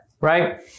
right